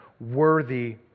worthy